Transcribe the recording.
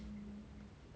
mmhmm